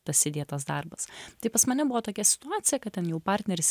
tas įdėtas darbas tai pas mane buvo tokia situacija kad ten jau partneris